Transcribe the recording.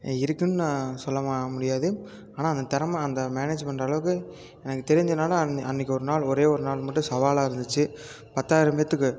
இருக்குன்னு நான் சொல்லமா முடியாது ஆனால் அந்த திறம அந்த மேனேஜ் பண்ணுற அளவுக்கு எனக்கு தெரிஞ்சனால அன்ன அன்னக்கு ஒருநாள் ஒரே ஒருநாள் மட்டும் சவாலாக இருந்துச்சு பத்தாயிரம் பேர்த்துக்கு